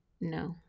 No